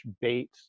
bait